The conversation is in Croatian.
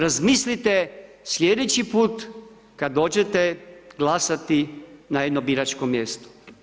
Razmislite slijedeći put kad dođete glasati na jedno biračko mjesto.